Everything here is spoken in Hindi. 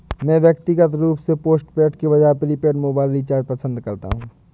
मैं व्यक्तिगत रूप से पोस्टपेड के बजाय प्रीपेड मोबाइल रिचार्ज पसंद करता हूं